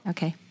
Okay